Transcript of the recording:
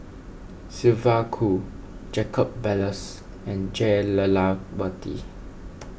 Sylvia Kho Jacob Ballas and Jah Lelawati